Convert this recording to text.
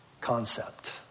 concept